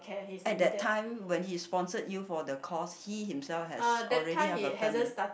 at that time when he sponsored you for the course he himself has already have a family